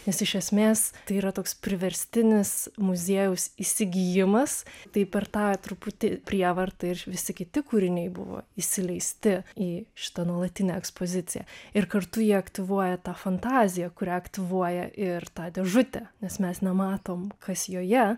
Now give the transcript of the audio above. nes iš esmės tai yra toks priverstinis muziejaus įsigijimas tai per tą truputį prievartą ir visi kiti kūriniai buvo įsileisti į šitą nuolatinę ekspoziciją ir kartu jie aktyvuoja tą fantaziją kurią aktyvuoja ir ta dėžutė nes mes nematom kas joje